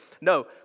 No